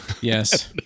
Yes